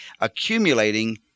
accumulating